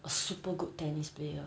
a super good tennis player